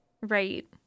Right